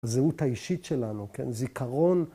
‫הזהות האישית שלנו, זיכרון.